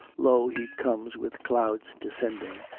lo! he comes with clouds descending,